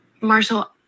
Marshall